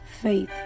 faith